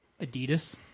Adidas